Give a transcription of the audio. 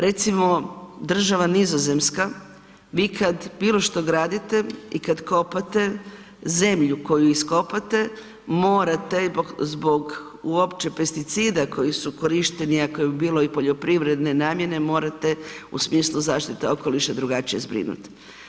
Recimo država Nizozemska, vi kada bilo što gradite i kada kopate, zemlju koju iskopate morate zbog uopće pesticida koji su korišteni ako je bilo i poljoprivredne namjene morate u smislu zaštite okoliša drugačije zbrinuti.